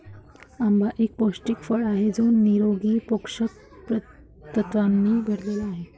आंबा एक पौष्टिक फळ आहे जो निरोगी पोषक तत्वांनी भरलेला आहे